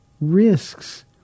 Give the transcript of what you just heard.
risks